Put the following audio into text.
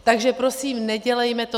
Takže prosím, nedělejme to.